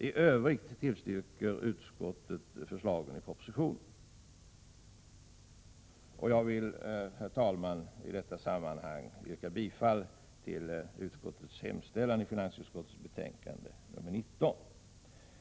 I övrigt tillstyrker utskottet förslaget i propositionen. Herr talman! Jag vill i detta sammanhang yrka bifall till hemställan i finansutskottets betänkande nr 19.